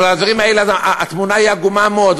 על הדברים, אז התמונה היא עגומה מאוד.